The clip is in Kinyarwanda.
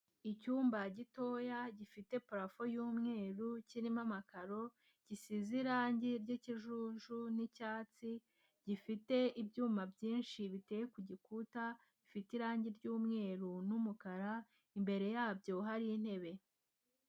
Icyumba gitoya gifite parafu y'umweru kirimo amakaro, gisize irangi ry'ikijuju n'icyatsi, gifite ibyuma byinshi biteye ku gikuta gifite irangi ry'umweru n'umukara, imbere yabyo hari intebe.